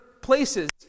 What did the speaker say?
places